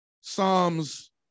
Psalms